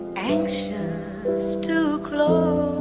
anxious to close